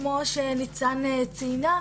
כפי שניצן ציינה,